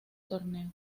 torneo